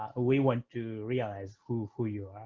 ah we want to realize who who you are.